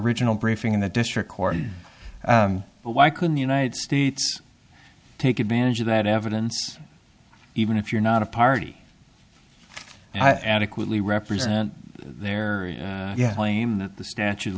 original briefing in the district court but why couldn't the united states take advantage of that evidence even if you're not a party i adequately represent their claim that the statute of